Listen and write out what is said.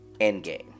Endgame